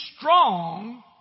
strong